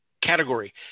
category